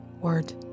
word